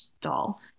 doll